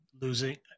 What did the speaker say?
Losing